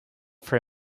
for